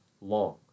long